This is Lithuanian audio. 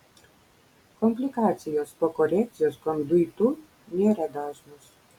komplikacijos po korekcijos konduitu nėra dažnos